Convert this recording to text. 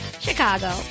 chicago